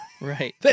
Right